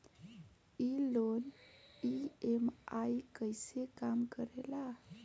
ई loan EMI कईसे काम करेला?